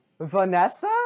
Vanessa